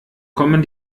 kommen